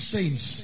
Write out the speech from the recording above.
Saints